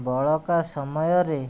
ବଳକା ସମୟରେ